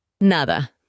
Nada